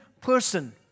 person